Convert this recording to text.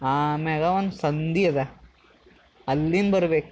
ಆಮೇಗೆ ಒಂದು ಸಂದಿ ಇದೆ ಅಲ್ಲಿಂದ ಬರಬೇಕು